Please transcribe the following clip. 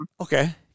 Okay